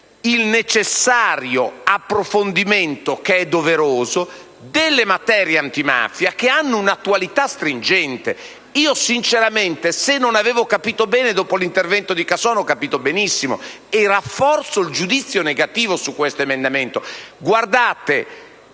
al necessario approfondimento, che è doveroso, delle materie antimafia, che hanno un'attualità stringente. Sinceramente, se non lo avevo capito bene, dopo l'intervento del senatore Casson l'ho capito benissimo, e rafforzo il giudizio negativo su questo emendamento. Lo dico